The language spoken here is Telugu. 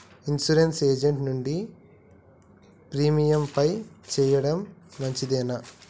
ఇన్సూరెన్స్ ఏజెంట్ నుండి ప్రీమియం పే చేయడం మంచిదేనా?